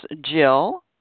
Jill